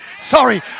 Sorry